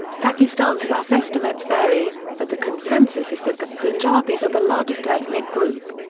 pakistan's rough estimates vary, but the consensus is that the punjabis are the largest ethnic group.